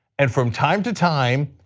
and from time to time,